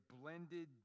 blended